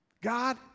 God